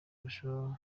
kurushaho